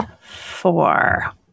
four